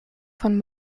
von